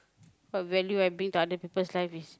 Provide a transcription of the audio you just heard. what value I bring to other people lives is